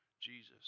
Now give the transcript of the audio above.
Jesus